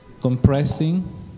compressing